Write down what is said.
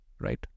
right